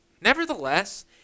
nevertheless